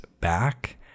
back